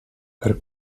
per